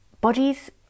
Bodies